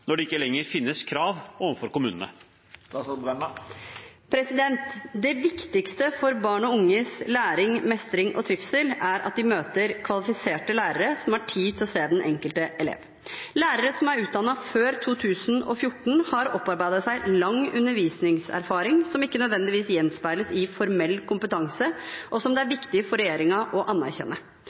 når det ikke lenger finnes krav overfor kommunene?» Det viktigste for barn og unges læring, mestring og trivsel er at de møter kvalifiserte lærere som har tid til å se den enkelte elev. Lærere som er utdannet før 2014, har opparbeidet seg lang undervisningserfaring som ikke nødvendigvis gjenspeiles i formell kompetanse, og som det er viktig for regjeringen å anerkjenne.